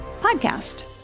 podcast